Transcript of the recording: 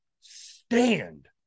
stand